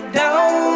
down